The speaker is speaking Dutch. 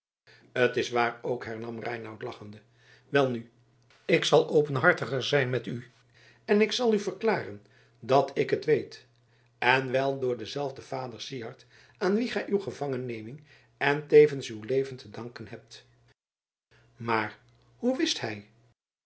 t is waar ook hernam reinout lachende welnu ik zal openhartiger zijn met u en ik zal u verklaren dat ik het weet en wel door denzelfden vader syard aan wien gij uw gevangenneming en tevens uw leven te danken hebt maar hoe wist hij